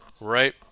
right